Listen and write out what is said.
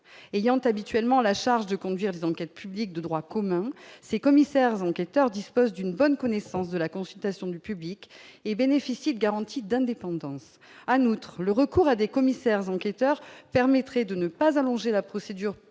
ayant habituellement à la charge de conduire des enquêtes publiques de droit commun ces commissaires enquêteurs disposent d'une bonne connaissance de la consultation du public et bénéficient de garanties d'indépendance, Anne, outre le recours à des commissaires enquêteurs permettrait de ne pas allonger la procédure